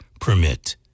permit